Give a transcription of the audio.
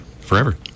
forever